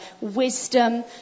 wisdom